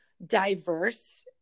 diverse